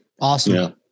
Awesome